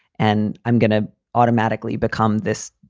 and i'm going to automatically become this.